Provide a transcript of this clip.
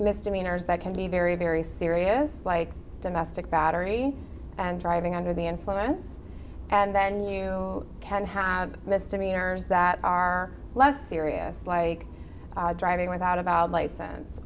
misdemeanors that can be very very serious like domestic battery and driving under the influence and then you can have misdemeanors that are less serious like driving without a valid license